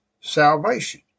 salvation